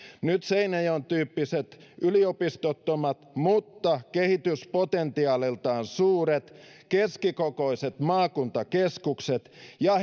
nyt seinäjoen tyyppiset yliopistottomat mutta kehityspotentiaaliltaan suuret keskikokoiset maakuntakeskukset ja